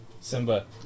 Simba